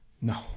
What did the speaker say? no